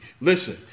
Listen